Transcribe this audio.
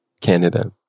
Canada